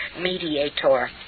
Mediator